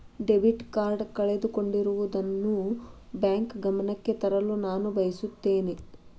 debit card ಕಳೆದುಕೊಂಡಿರುವುದನ್ನು bank ಗಮನಕ್ಕೆ ತರಲು ನಾನು ಬಯಸುತ್ತೇನೆ